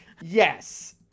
Yes